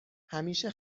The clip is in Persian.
همیشه